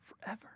forever